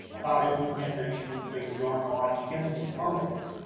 about his new plantation and things going on, and he gets into politics,